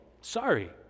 sorry